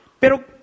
Pero